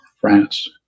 France